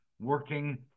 working